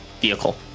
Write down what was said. vehicle